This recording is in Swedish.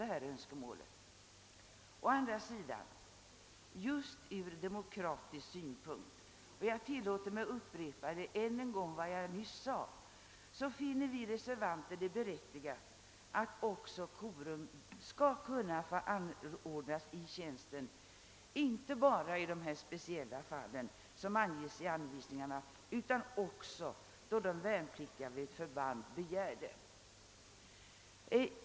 Men just ur demokratisk synvinkel — och jag tillåter mig upprepa vad jag nyss sade — finner vi reservanter det berättigat att korum också skall kunna anordnas i tjänsten inte bara i de speciella fall som anges i anvisningarna utan även då de värnpliktiga vid ett förband begär det.